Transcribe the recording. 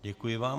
Děkuji vám.